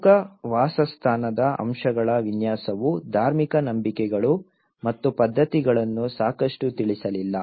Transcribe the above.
ಪ್ರಮುಖ ವಾಸಸ್ಥಾನದ ಅಂಶಗಳ ವಿನ್ಯಾಸವು ಧಾರ್ಮಿಕ ನಂಬಿಕೆಗಳು ಮತ್ತು ಪದ್ಧತಿಗಳನ್ನು ಸಾಕಷ್ಟು ತಿಳಿಸಲಿಲ್ಲ